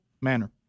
Manner